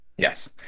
Yes